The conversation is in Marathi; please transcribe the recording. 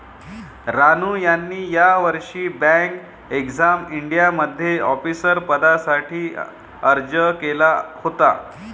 रानू यांनी यावर्षी बँक एक्झाम इंडियामध्ये ऑफिसर पदासाठी अर्ज केला होता